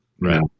right